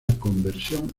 conversión